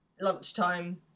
lunchtime